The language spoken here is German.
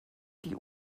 die